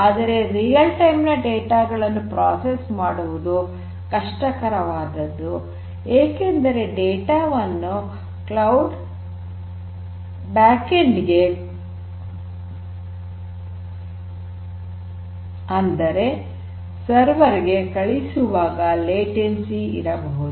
ಆದರೆ ನೈಜ ಸಮಯದ ಡೇಟಾ ಗಳನ್ನು ಪ್ರೋಸೆಸ್ ಮಾಡುವುದು ಕಷ್ಟಕರವಾದದ್ದು ಏಕೆಂದರೆ ಡೇಟಾ ವನ್ನು ಕ್ಲೌಡ್ ಬ್ಯಾಕ್ಎಂಡ್ ಗೆ ಅಂದರೆ ಸರ್ವರ್ ಗೆ ಕಳುಹಿಸುವಾಗ ಲೇಟೆನ್ಸಿ ಇರಬಹುದು